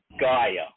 Gaia